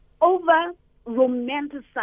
over-romanticize